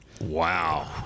Wow